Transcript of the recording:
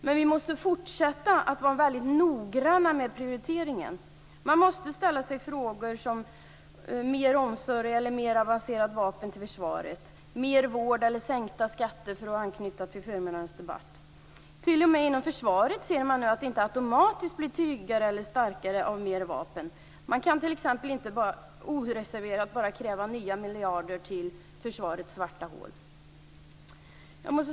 Men vi måste fortsätta att vara noggranna med prioriteringarna. Man måste ställa sig frågor som om vi skall ha mer omsorg eller mer avancerade vapen till försvaret, om vi skall ha mer vård eller sänkta skatter för att anknyta till förmiddagens debatt. T.o.m. och med inom försvaret ser man nu att man inte automatiskt blir tryggare eller starkare av mer vapen. Man kan t.ex. inte oreserverat bara kräva nya miljarder till försvarets svarta hål.